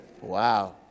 Wow